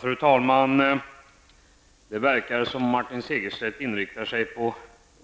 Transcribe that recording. Fru talman! Det verkar som om Martin Segerstedt inriktar sig på